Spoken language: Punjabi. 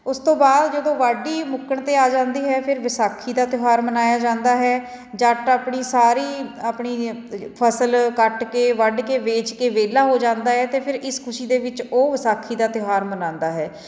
ਉਸ ਤੋਂ ਬਾਅਦ ਜਦੋਂ ਵਾਢੀ ਮੁੱਕਣ 'ਤੇ ਆ ਜਾਂਦੀ ਹੈ ਫਿਰ ਵਿਸਾਖੀ ਦਾ ਤਿਉਹਾਰ ਮਨਾਇਆ ਜਾਂਦਾ ਹੈ ਜੱਟ ਆਪਣੀ ਸਾਰੀ ਆਪਣੀ ਫਸਲ ਕੱਟ ਕੇ ਵੱਢ ਕੇ ਵੇਚ ਕੇ ਵਿਹਲਾ ਹੋ ਜਾਂਦਾ ਹੈ ਅਤੇ ਫਿਰ ਇਸ ਖੁਸ਼ੀ ਦੇ ਵਿੱਚ ਉਹ ਵਿਸਾਖੀ ਦਾ ਤਿਉਹਾਰ ਮਨਾਉਂਦਾ ਹੈ